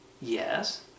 Yes